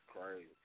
crazy